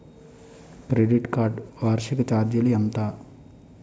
Credit card వార్షిక ఛార్జీలు ఎంత?